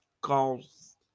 cause